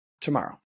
tomorrow